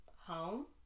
Home